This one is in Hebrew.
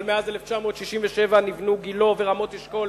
אבל מאז 1967 נבנו גילה ורמות-אשכול,